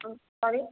تو سوری